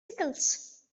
pickles